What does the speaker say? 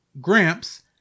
Gramps